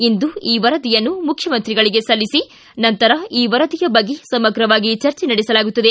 ಇಂದು ಈ ವರದಿಯನ್ನು ಮುಖ್ಡಮಂತ್ರಿಗಳಿಗೆ ಸಲ್ಲಿಸಿ ನಂತರ ಈ ವರದಿಯ ಬಗ್ಗೆ ಸಮಗ್ರವಾಗಿ ಚರ್ಚೆ ನಡೆಸಲಾಗುತ್ತದೆ